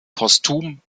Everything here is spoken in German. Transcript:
postum